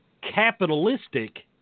Capitalistic